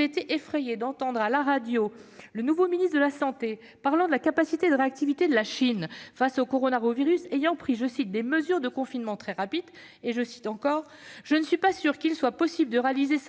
J'ai été effrayée d'entendre à la radio le nouveau ministre des solidarités et de la santé, parlant de la capacité de réactivité de la Chine face au coronavirus qui a pris « des mesures de confinement très rapidement », préciser :« Je ne suis pas sûr qu'il serait possible de réaliser ça